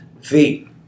Feet